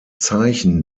zeichen